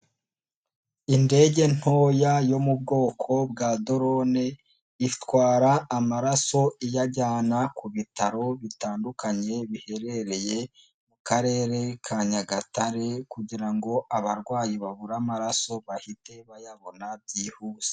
Indege ntoya yo mu bwoko bwa dorone, itwara amaraso iyajyana ku bitaro bitandukanye biherereye mu karere ka Nyagatare kugirango abarwayi baburare amaraso bahite bayabona byihuse.